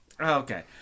Okay